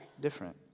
different